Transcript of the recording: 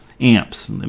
amps